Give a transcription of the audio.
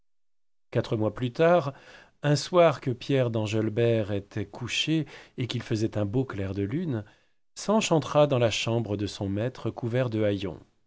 quatre mois plus tard un soir que pierre d'engelbert était couché et qu'il faisait un beau clair de lune sanche entra dans la chambre de son maître couvert de